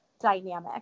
dynamic